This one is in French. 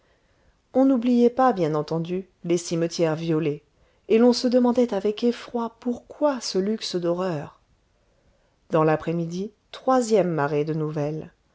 on n'oubliait pas bien entendu les cimetières violés et l'on se demandait avec effroi pourquoi ce luxe d'horreurs dans l'après-midi troisième marée de nouvelles